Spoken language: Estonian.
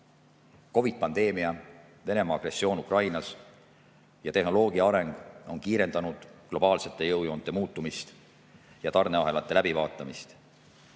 COVID-pandeemia, Venemaa agressioon Ukrainas ja tehnoloogia areng on kiirendanud globaalsete jõujoonte muutumist ja tarneahelate läbivaatamist.